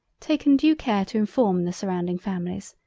taken due care to inform the surrounding families,